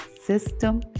system